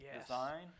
Design